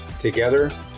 Together